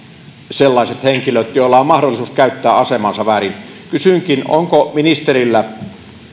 sellaiset henkilöt joilla on mahdollisuus käyttää asemaansa väärin kysynkin onko ministerillä